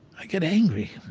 i get angry.